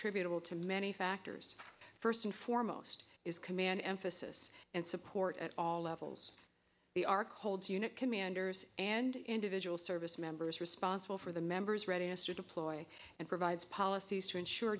contributor to many factors first and foremost is command emphasis and support at all levels the ark holds unit commanders and individual service members responsible for the member's readiness to deploy and provides policies to ensure